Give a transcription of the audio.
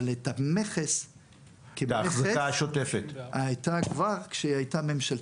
את המכס הייתה כבר כשהיא הייתה ממשלתית.